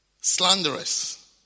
Slanderous